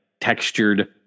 textured